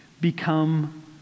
become